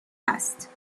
هست